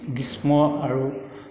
গ্ৰীষ্ম আৰু